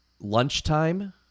Lunchtime